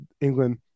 England